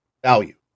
value